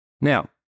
Now